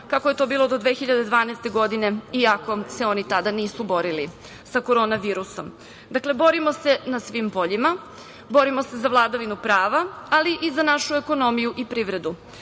kako je to bilo do 2012. godine iako se oni tada nisu borili sa korona virusom. Dakle, borimo se na svim poljima. Borimo se za vladavinu prava, ali i za našu ekonomiju i privredu.